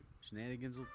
shenanigans